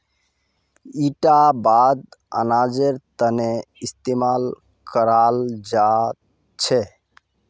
इटा बात अनाजेर तने इस्तेमाल कराल जा छे